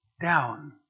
down